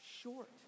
short